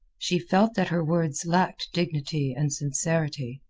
she felt that her words lacked dignity and sincerity,